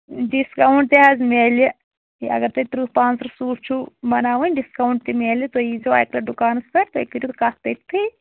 discount تہِ حظ میلہِ ہے اگر تُہۍ تٕرٛہ پانٛژھ تٕرٛہ سوٗٹ چھُ بَناوٕنۍ ڈِسکاوُنٛٹ تہِ میلہِ تُہۍ ییی زیٚو اَتہِ پیٚٹھ دُکانَس پیٚٹھ تُہۍ کٔرِو کتھ تٔتتھٕے